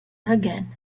again